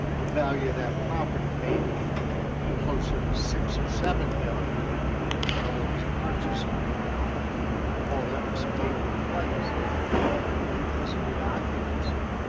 the value of that property may become closer to six dollars or seven million and i know there was a purchase agreement on it when all that was taking place because of the occupancy.